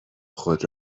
خود